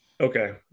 Okay